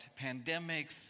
pandemics